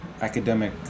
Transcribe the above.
academic